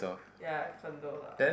ya condo lah